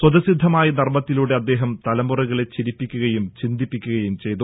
സ്വത സിദ്ധമായ നർമത്തിലൂടെ അദ്ദേഹം തലമുറകളെ ചിരിപ്പിക്കുകയും ചിന്തിപ്പിക്കുകയും ചെയ്തു